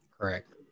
correct